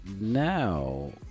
Now